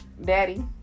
daddy